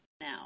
now